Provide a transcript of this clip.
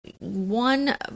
one